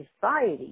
society